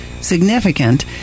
significant